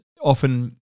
often